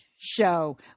show